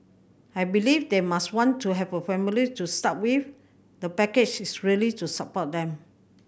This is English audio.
I believe they must want to have a family to start with the package is really to support them